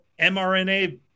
mRNA